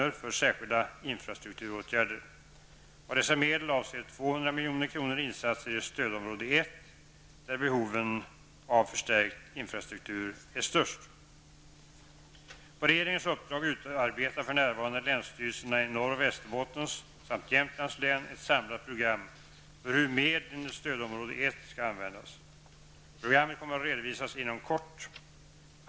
Bl.a. milj.kr. insatser i stödområde 1 där behoven av förstärkt infrastruktur är störst. På regeringens uppdrag utarbetar för närvarande länsstyrelserna i Norrbottens, Västerbottens Jämtlands län ett samlat program för hur medlen i stödområde 1 skall användas. Programmet kommer att redovisas inom kort.